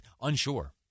Unsure